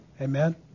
Amen